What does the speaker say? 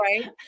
Right